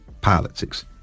politics